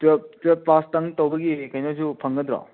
twelve ꯄꯥꯁꯇꯪ ꯇꯧꯕꯒꯤ ꯀꯩꯅꯣꯁꯨ ꯐꯪꯒꯗ꯭ꯔꯣ